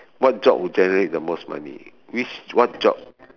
what job will generate the most money which what job